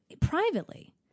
privately